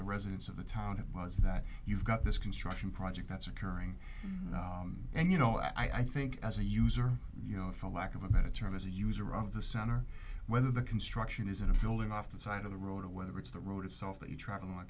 the residents of the town it was that you've got this construction project that's occurring and you know i think as a user you know if a lack of a better term as a user of the center whether the construction is in a building off the side of the road or whether it's the road itself that you travel